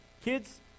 kids